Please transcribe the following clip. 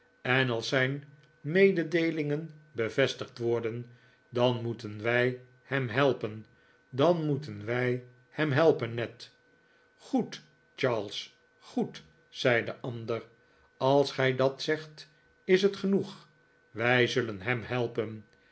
en als zijn mededeelingen bevestigd worden dan moeten wij hem helpen dan moeten wij hem helpen ned goed charles goed zei de ander als gij dat zegt is het genoeg wij zullen hem helpen